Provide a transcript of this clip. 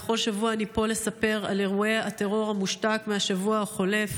בכל שבוע אני פה לספר על אירועי הטרור המושתק מהשבוע החולף,